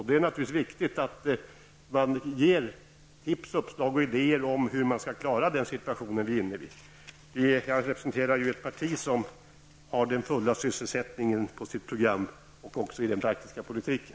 Det är naturligtvis viktigt att man ger tips, uppslag och idéer om hur man skall klara av den situation som vi befinner oss i. Jag representerar ju ett parti som har den fulla sysselsättningen som mål i sitt partiprogram och som också har detta som mål i den praktiska politiken.